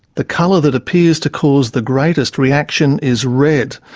the colour that appears to cause the greatest reaction is red.